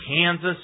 Kansas